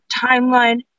timeline